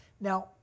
Now